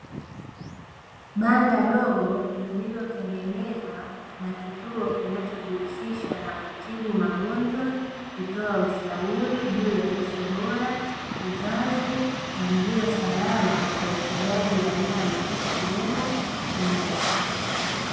Banda dogo lililotengenezwa na kituo kinachojihusisha na kutibu magonjwa, kutoa ushauri juu ya lishe bora, uzazi na njia salama za ufugaji wa wanyama ikiwemo mbwa.